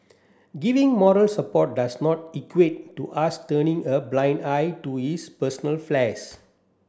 giving moral support does not equate to us turning a blind eye to his personal